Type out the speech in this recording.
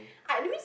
I that means